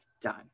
done